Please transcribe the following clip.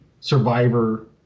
survivor